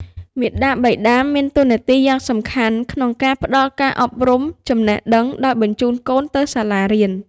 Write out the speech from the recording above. មាតាបិតាមានតួនាទីយ៉ាងសំខាន់ក្នុងការផ្ដល់ការអប់រំចំណេះដឹងដោយបញ្ជូនកូនទៅសាលារៀន។